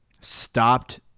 stopped